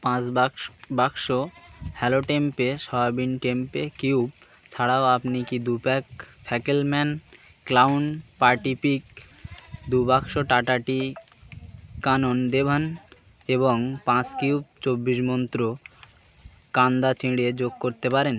পাঁচ বাক্স বাক্স hello tempeh soybean tempeh cube ছাড়াও আপনি কি দু pack Fackelmann clown party pick দু বাক্স টাটা টি কানন দেভান এবং পাঁচ কিউব চব্বিশ মন্ত্র কান্দা চিঁড়ে যোগ করতে পারেন